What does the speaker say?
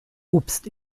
obst